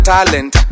Talent